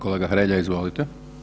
Kolega Hrelja, izvolite.